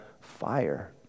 fire